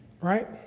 Right